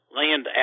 land